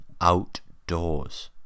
outdoors